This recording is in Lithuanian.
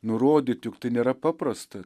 nurodyt juk tai nėra paprasta